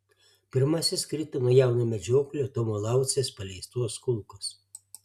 pirmasis krito nuo jauno medžioklio tomo laucės paleistos kulkos